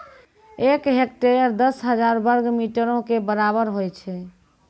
एक हेक्टेयर, दस हजार वर्ग मीटरो के बराबर होय छै